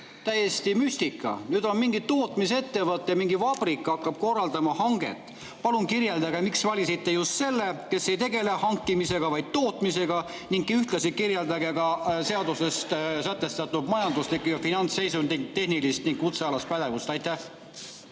Täiesti müstika! Nüüd mingi tootmisettevõte, mingi vabrik hakkab korraldama hanget! Palun kirjeldage, miks te valisite just [firma], kes ei tegele hankimisega, vaid tootmisega, ning ühtlasi kirjeldage ka seaduses sätestatud majanduslikku ja finantsseisundit ning tehnilist ning kutsealast pädevust. Aitäh!